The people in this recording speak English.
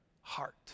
heart